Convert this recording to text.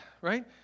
right